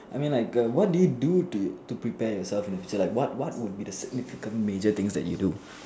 I mean like err what do you do to prepare yourself in a situation like what what would be the significant major things that you do